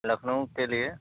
लखनऊ के लिए